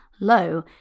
low